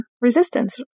resistance